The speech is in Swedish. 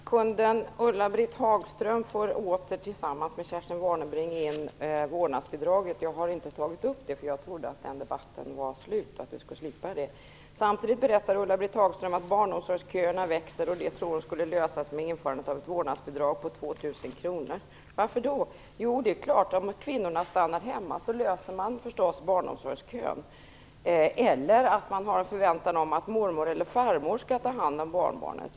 Fru talman! Kunden Ulla-Britt Hagström får tillsammans med Kerstin Warnerbring in vårdnadsbidraget i debatten. Jag har inte tagit upp det, eftersom jag trodde att den debatten var slut och att vi skulle slippa den. Ulla-Britt Hagström berättar att barnomsorgsköerna växer. Det problemet tror hon skulle lösas om man inför ett vårdnadsbidrag på 2 000 kr. Hur då? Det är klart att man löser problemet med barnomsorgskön om kvinnorna stannar hemma. Eller förväntar man sig att mormor eller farmor skall ta hand om barnbarnet?